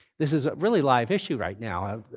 this is a really live issue right now.